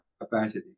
capacity